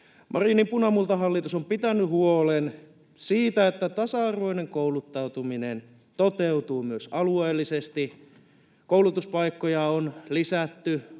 Marinin punamultahallitus on pitänyt huolen siitä, että tasa-arvoinen kouluttautuminen toteutuu myös alueellisesti. Koulutuspaikkoja on lisätty